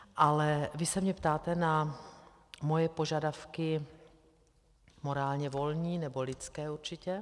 Ale vy se mě ptáte na moje požadavky morálně volní, nebo lidské určitě.